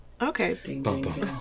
Okay